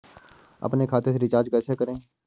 अपने खाते से रिचार्ज कैसे करें?